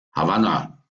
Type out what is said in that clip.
havanna